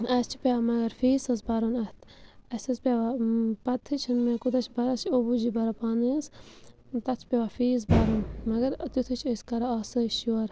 اَسہِ چھِ پٮ۪وان مگر فیٖس حظ بَرُن اَتھ اَسہِ حظ پٮ۪وان پَتہٕ ہے چھِنہٕ مےٚ کوٗتاہ چھِ اَسہِ چھِ اٚبوٗ جی بَران پانَے حظ تَتھ چھِ پٮ۪وان فیٖس بَرُن مگر تیُتھُے چھِ أسۍ کَران آسٲیِش یورٕ